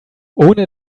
ohne